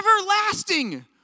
everlasting